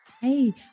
Hey